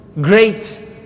great